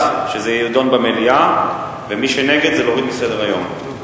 שזה יידון במליאה, ומי שנגד זה להוריד מסדר-היום.